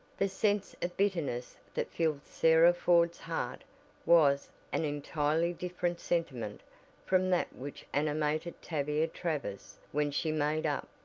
the sense of bitterness that filled sarah ford's heart was an entirely different sentiment from that which animated tavia travers when she made up,